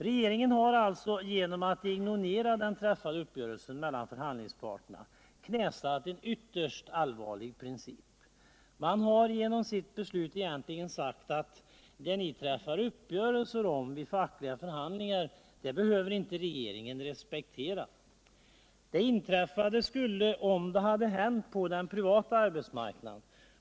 Regeringen har alltså genom att ignorera den träffade uppgörelsen mellan förhandlingsparterna knäsatt en ytterst allvarlig princip. Man har genom sitt beslut egentligen sagt att det ni träffar uppgörelse om vid fackliga förhandlingar behöver inte regeringen respektera. Det inträffade skulle, om det hade hänt på den privata arbetsmarknaden.